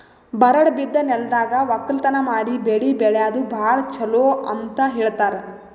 ಬರಡ್ ಬಿದ್ದ ನೆಲ್ದಾಗ ವಕ್ಕಲತನ್ ಮಾಡಿ ಬೆಳಿ ಬೆಳ್ಯಾದು ಭಾಳ್ ಚೊಲೋ ಅಂತ ಹೇಳ್ತಾರ್